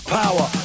power